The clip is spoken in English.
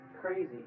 crazy